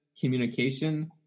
communication